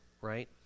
right